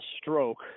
stroke